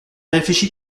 réfléchi